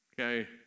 okay